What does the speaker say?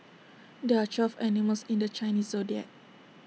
there are twelve animals in the Chinese Zodiac